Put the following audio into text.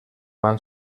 van